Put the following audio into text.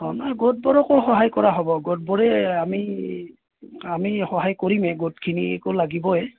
অঁ নহয় গোটবোৰকো সহায় কৰা হ'ব গোটবোৰে আমি আমি সহায় কৰিমেই গোটখিনিকো লাগিবই